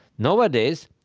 nowadays,